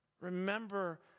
Remember